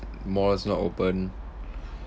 malls not open